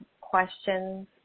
questions